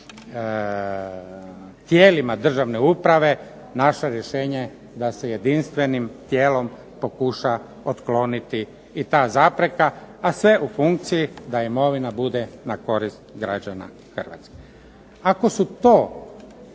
tijelima državne uprave naše rješenje da se jedinstvenim tijelom pokuša otkloniti i ta zapreka, a sve u funkciji da imovina bude na korist građana Hrvatske. Ako su to,